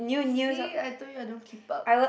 see I told you I don't keep up